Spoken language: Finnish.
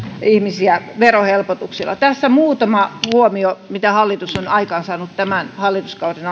ihmisiä verohelpotuksilla tässä muutama huomio mitä hallitus on aikaansaanut tämän hallituskauden